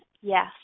yes